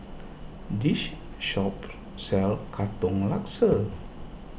this shop sells Katong Laksa